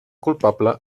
culpable